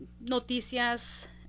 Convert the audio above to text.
noticias